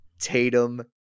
Tatum